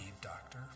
doctor